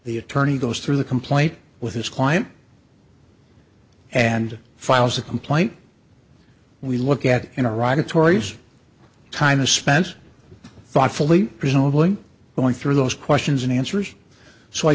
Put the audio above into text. the attorney goes through the complaint with his client and files a complaint we look at iraq and tori's time is spent thoughtfully presumably going through those questions and answers so i